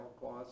clause